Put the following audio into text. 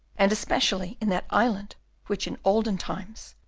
and especially in that island which in olden times,